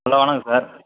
hello வணக்கம் sir